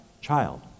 child